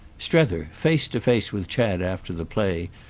strether, face to face with chad after the play,